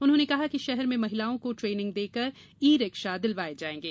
उन्होंने कहा कि शहर में महिलाओं को ट्रेनिंग देकर ई रिक्शा दिलवाये जायेंगे